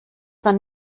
dann